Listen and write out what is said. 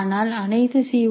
ஆனால் அனைத்து சி